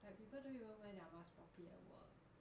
like people don't even wear their mask properly at work